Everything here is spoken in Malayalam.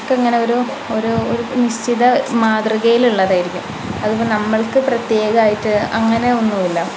ഒക്കെ ഇങ്ങനെ ഒരു ഒരു നിശ്ചിത മാതൃകയിലുള്ളതായിരിക്കും അത് ഇപ്പോൾ നമ്മൾക്ക് പ്രത്യേകമായിട്ട് അങ്ങനെ ഒന്നും ഇല്ല